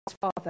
Father